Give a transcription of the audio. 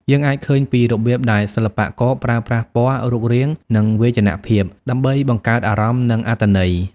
យើងអាចឃើញពីរបៀបដែលសិល្បករប្រើប្រាស់ពណ៌ រូបរាង និងវាយនភាពដើម្បីបង្កើតអារម្មណ៍ និងអត្ថន័យ។